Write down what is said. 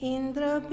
Indra